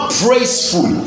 praiseful